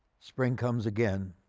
spring comes again.